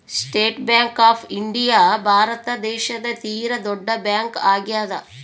state Bank of India Bharat ದೇಶದ ತೀರ ದೊಡ್ಡ ಬ್ಯಾಂಕ್ ಆಗ್ಯಾದ